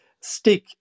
stick